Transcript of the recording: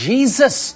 Jesus